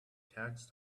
tax